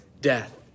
death